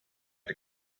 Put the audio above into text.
had